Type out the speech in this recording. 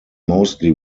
mostly